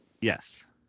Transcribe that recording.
Yes